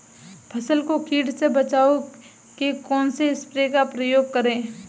फसल को कीट से बचाव के कौनसे स्प्रे का प्रयोग करें?